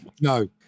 no